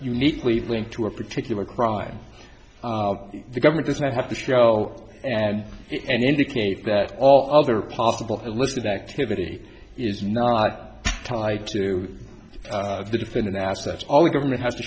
uniquely linked to a particular crime the government does not have to show and and indicate that all other possible illicit activity is not tied to the defendant assets all the government has to